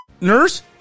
Nurse